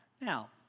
Now